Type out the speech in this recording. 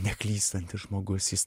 neklystantis žmogus jis